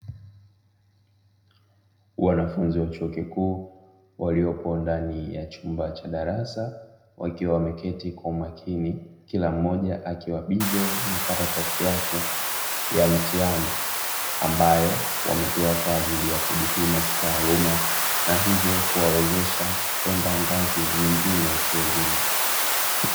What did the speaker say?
Wanafunzi wa chuo kikuu waliopo ndani ya chumba cha darasa, wakiwa wameketi kwa umakini; kila mmoja akiwa bize na karatasi yake ya mtihani, ambayo wamepewa kwa ajili ya kujipima kitaaluma na hivyo kuwawezesha kwenda ngazi nyingine kielimu.